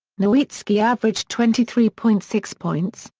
nowitzki averaged twenty three point six points,